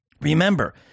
Remember